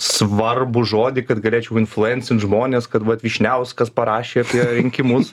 svarbų žodį kad galėčiau influencint žmones kad vat vyšniauskas parašė apie rinkimus